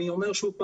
אני אומר שוב,